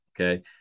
okay